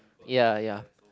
ya ya